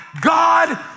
God